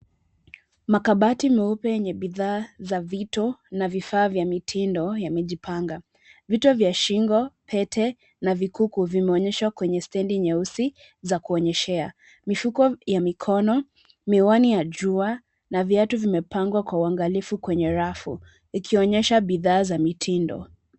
Makabati meupe yenye bidhaa za vito na vifaa vya mitindo yamejipanga. Vito vya shingo, pete na vikuku vimeonyeshwa kwenye stendi nyeusi za kuonyeshea. Mifuko ya mikono, miwani ya jua na viatu vimepangwa kwa uangalifu kwenye rafu ikionyesha bidhaa za mitindo.